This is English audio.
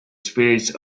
spirits